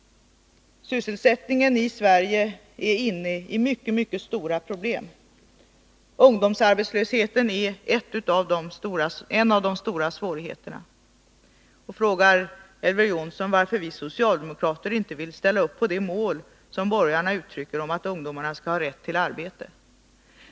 Sysselsättningen i Sverige är inne i mycket stora problem. Ungdomsarbetslösheten är en av de stora svårigheterna. Elver Jonsson frågar varför vi socialdemokrater inte vill ställa upp på målet att ungdomarna skall ha rätt till arbete.